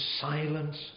silence